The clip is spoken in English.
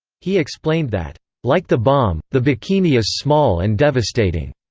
he explained that like the bomb, the bikini is small and devastating.